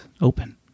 open